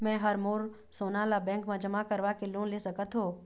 मैं हर मोर सोना ला बैंक म जमा करवाके लोन ले सकत हो?